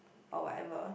or whatever